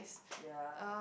ya